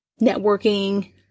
networking